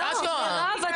לא נכון, ממש, את טועה.